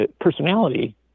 personality